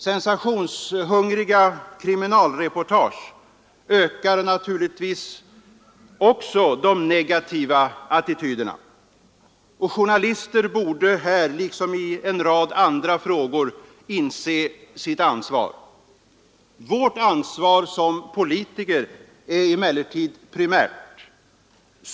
Sensationshungriga kriminalreportage ökar naturligtvis också de negativa attityderna. Journalister borde här — liksom i en rad andra frågor — inse sitt ansvar. Vårt ansvar som politiker är emellertid primärt.